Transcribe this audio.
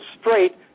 straight